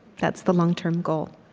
that's the long-term goal.